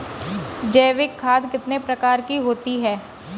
जैविक खाद कितने प्रकार की होती हैं?